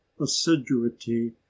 assiduity